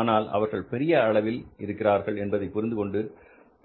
ஆனால் அவர்கள் பெரிய அளவில் இருக்கிறார்கள் என்பதை புரிந்துகொண்டு